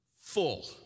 full